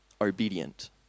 obedient